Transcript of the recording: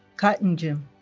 cottongim